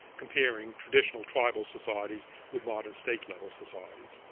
comparing traditional tribal societies with modern state-level societies,